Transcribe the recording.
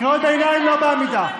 קריאות ביניים לא בעמידה.